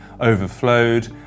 overflowed